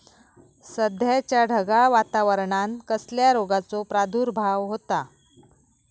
सध्याच्या ढगाळ वातावरणान कसल्या रोगाचो प्रादुर्भाव होता?